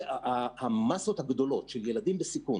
המאסות הגדולות של ילדים בסיכון